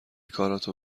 کارتو